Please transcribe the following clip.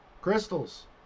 crystals